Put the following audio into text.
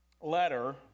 letter